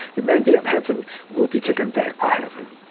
the mandate of heaven will be taken back by heaven.